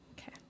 Okay